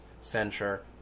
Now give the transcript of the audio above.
censure